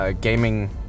Gaming